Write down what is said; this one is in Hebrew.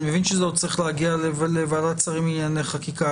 אני מבין שזה עוד צריך להגיע לוועדת השרים לענייני חקיקה,